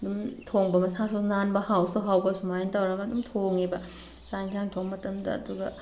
ꯑꯗꯨꯝ ꯊꯣꯡꯕ ꯃꯁꯥꯁꯨ ꯅꯥꯟꯕ ꯍꯥꯎꯁꯨ ꯍꯥꯎꯕ ꯁꯨꯃꯥꯏꯅ ꯇꯧꯔꯒ ꯑꯗꯨꯝ ꯊꯣꯡꯉꯦꯕ ꯆꯥꯛ ꯌꯦꯟꯁꯥꯡ ꯊꯣꯡ ꯃꯇꯝꯗ ꯑꯗꯨꯒ